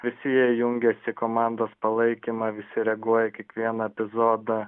visi jie jungiasi į komandos palaikymą visi reaguoja į kiekvieną epizodą